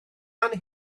ifan